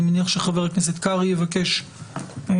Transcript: אני מניח שחבר הכנסת קרעי יבקש לדבר.